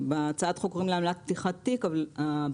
בהצעת החוק קוראים לה עמלת פתיחת תיק אבל בכללי